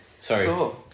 Sorry